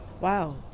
Wow